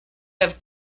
have